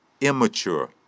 immature